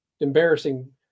embarrassing